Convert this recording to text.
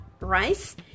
Rice